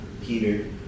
Peter